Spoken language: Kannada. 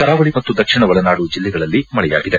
ಕರಾವಳಿ ಮತ್ತು ದಕ್ಷಿಣ ಒಳನಾಡು ಜಿಲ್ಲೆಗಳಲ್ಲಿ ಮಳೆಯಾಗಿದೆ